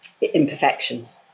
imperfections